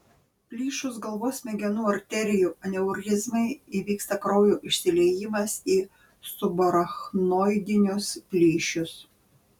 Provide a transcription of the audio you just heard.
plyšus galvos smegenų arterijų aneurizmai įvyksta kraujo išsiliejimas į subarachnoidinius plyšius